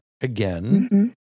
again